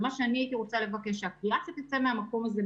אני הייתי רוצה לבקש שהקריאה שתצא מהמקום הזה,